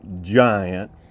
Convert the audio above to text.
giant